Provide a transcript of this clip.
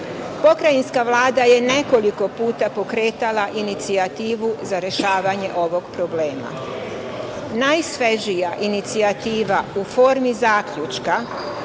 omogućio. Pokrajinska Vlada je nekoliko puta pokretala inicijativu za rešavanje ovog problema. Najsvežija inicijativa u formi zaključka